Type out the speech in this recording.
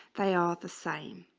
they are the same